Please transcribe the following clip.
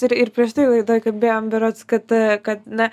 ir ir prieš tai laidoj kalbėjom berods kad kad na